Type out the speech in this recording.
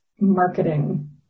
marketing